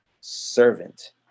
servant